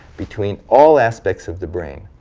between all aspects of the brain.